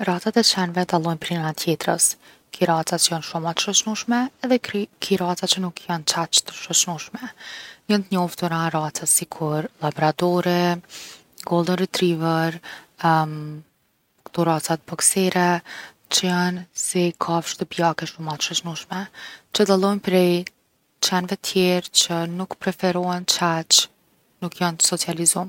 Racat e qenve dallojn’ prej njona tjetrës. Ki raca që jon shumë ma t’shoqnushme edhe kri- ki raca që nuk jon qaq të shoqnushme. Jon t’njoftuna racat sikur llabradori, golden retriever kto racat boksere që jon si kafshë shtëpiake shum’ ma t’shoqnushme, që dallojnë prej qenve tjer’ që nuk preferohen qaq, nuk jon t’socializum.